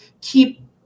keep